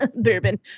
bourbon